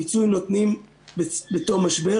פיצוי נותנים בתום משבר,